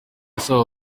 asaba